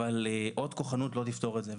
אבל עוד כוחנות לא תפתור את זה.